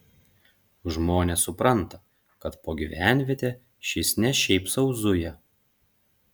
žmonės supranta kad po gyvenvietę šis ne šiaip sau zuja